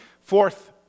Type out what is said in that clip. Fourth